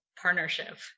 partnership